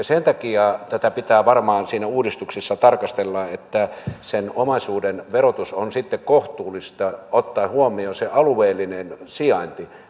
sen takia tätä pitää varmaan siinä uudistuksessa tarkastella että sen omaisuuden verotus on sitten kohtuullista ottaen huomioon sen alueellinen sijainti